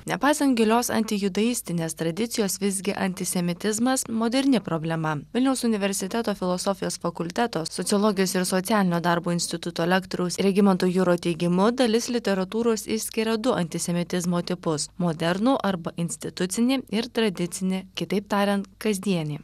nepaisant gilios antijudaistinės tradicijos visgi antisemitizmas moderni problema vilniaus universiteto filosofijos fakulteto sociologijos ir socialinio darbo instituto lektoriaus regimanto juro teigimu dalis literatūros išskiria du antisemitizmo tipus modernų arba institucinį ir tradicinį kitaip tariant kasdienį